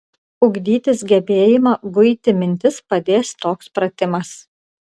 ugdytis gebėjimą guiti mintis padės toks pratimas